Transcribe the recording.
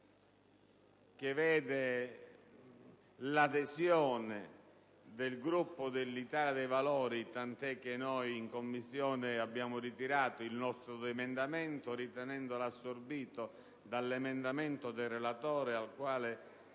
che vede l'adesione del Gruppo dell'Italia dei Valori (tant'è che in Commissione abbiamo ritirato il nostro emendamento ritenendolo assorbito dalla proposta di modifica del relatore alla quale